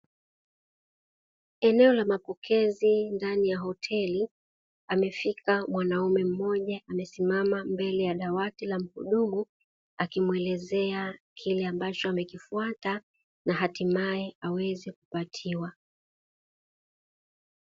Eneo la mapokezi ndani ya hoteli amefika mwanaume mmoja, amesimama mbele ya dawati la muhudumu akimuelezea kile ambacho amekifuata na hatimae aweze kupatiwa.